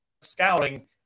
scouting